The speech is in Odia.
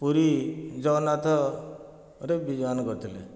ପୁରୀ ଜଗନ୍ନାଥ ରେ ବିଜୟମାନ କରିଥିଲେ